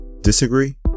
Disagree